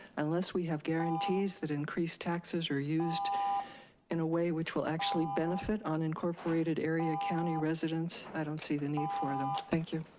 unless we have guarantees that increased taxes are used in a way which will actually benefit unincorporated area county residents, i don't see the need for them, thank you.